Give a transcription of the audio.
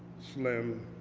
slim,